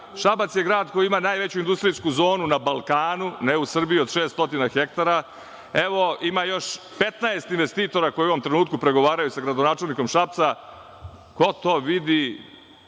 Šabac je grad koji ima najveću industrijsku zonu na Balkanu, ne u Srbiji, od 600 hektara. Ima još 15 investitora koji u ovom trenutku pregovaraju sa gradonačelnikom Šapca. Ko to vidi,